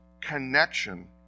connection